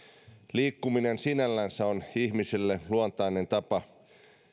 liikkuminen sinällänsä on ihmisille luontainen tapa